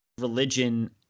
religion